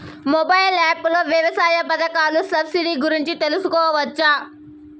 Mobile app లో వ్యవసాయ పథకాల సబ్సిడి గురించి తెలుసుకోవచ్చా?